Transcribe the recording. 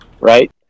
right